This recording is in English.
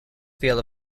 feel